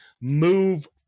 move